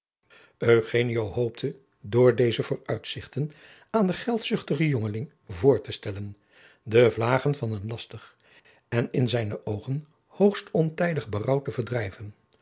hoopte door deze vooruitzichten aan den geldzuchtigen jongeling voor te stellen de vlagen van een lastig en in zijne oogen hoogst ontijdig berouw te verdrijven